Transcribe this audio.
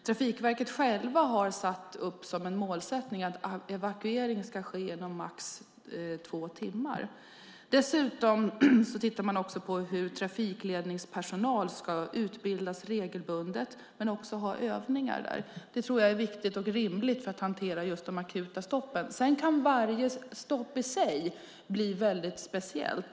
Trafikverket självt har satt upp som en målsättning att evakuering ska ske inom max två timmar. Dessutom tittar man på hur trafikledningspersonal ska utbildas regelbundet men också ha övningar. Det tror jag är viktigt och rimligt för att man ska kunna hantera de akuta stoppen. Sedan kan varje stopp i sig bli väldigt speciellt.